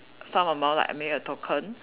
some amount like I mean a token